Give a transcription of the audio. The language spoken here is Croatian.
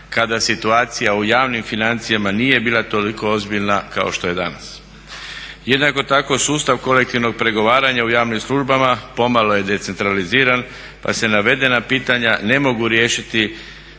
kada situacija u javnim financijama nije bila toliko ozbiljna kao što je danas. Jednako tako sustav kolektivnog pregovaranja u javnim službama pomalo je decentraliziran pa se navedena pitanja ne mogu riješiti